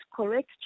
correct